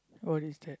what is that